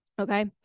Okay